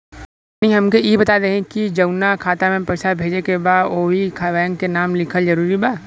तनि हमके ई बता देही की जऊना खाता मे पैसा भेजे के बा ओहुँ बैंक के नाम लिखल जरूरी बा?